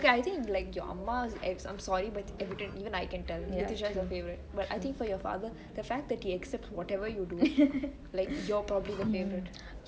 okay I think your அம்மா:amma is I'm sorry but evident even I can tell nitishaa is her favourite but for your father the fact that he accepts whatever you do like you're probably the favourite